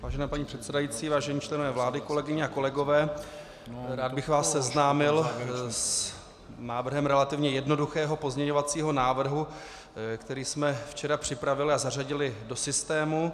Vážená paní předsedající, vážení členové vlády, kolegyně a kolegové, rád bych vás seznámil s návrhem relativně jednoduchého pozměňovacího návrhu, který jsme včera připravili a zařadili do systému.